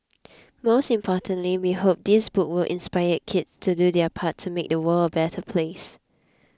most importantly we hope this book will inspire kids to do their part to make the world a better place